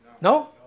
No